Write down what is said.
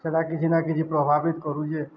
ସେଟା କିଛି ନା କିଛି ପ୍ରଭାବିତ୍ କରୁଛେ